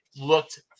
looked